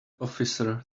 officer